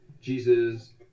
Jesus